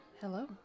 Hello